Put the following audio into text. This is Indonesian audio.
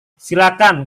silakan